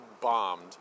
bombed